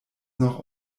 noch